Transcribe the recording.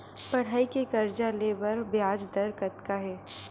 पढ़ई के कर्जा ले बर ब्याज दर कतका हे?